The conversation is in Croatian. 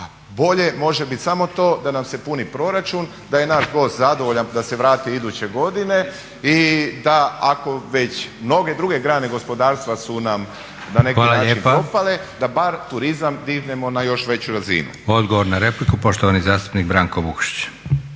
bolje može bit samo to da nam se puni proračun, da je naš gost zadovoljan, da se vrati iduće godine i da ako već mnoge druge grane gospodarstva su nam na neki način propale, da bar turizam dignemo na još veću razinu. **Leko, Josip (SDP)** Hvala lijepa. Odgovor na repliku, poštovani zastupnik Branko Vukšić.